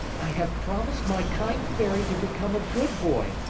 i have promised my kind fairy to become a good boy,